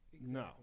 No